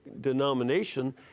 denomination